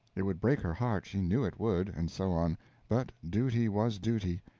it would break her heart, she knew it would, and so on but duty was duty.